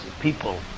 people